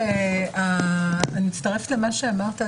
אני מצטרפת למה שאמרת,